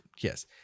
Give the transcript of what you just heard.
yes